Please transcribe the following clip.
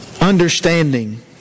understanding